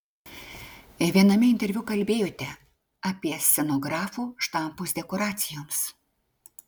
viename interviu kalbėjote apie scenografų štampus dekoracijoms